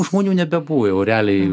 žmonių nebebuvo jau realiai